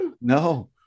No